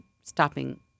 stopping